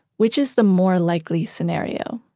which is the more likely scenario.